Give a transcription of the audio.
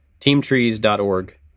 teamtrees.org